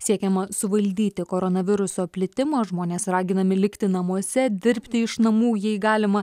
siekiama suvaldyti koronaviruso plitimą žmonės raginami likti namuose dirbti iš namų jei galima